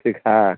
ठीक है